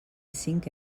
cinc